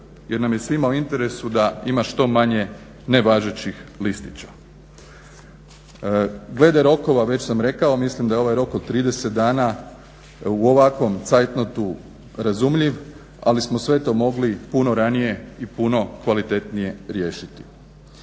jer nam je svima u interesu da ima što manje nevažećih listića. Glede rokova, već sam rekao, mislim da je ovaj rok od 30 dana u ovakvom cajtnotu razumljiv ali smo sve to mogli puno ranije i puno kvalitetnije riješiti.